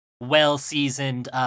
well-seasoned